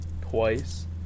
twice